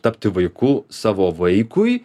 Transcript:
tapti vaiku savo vaikui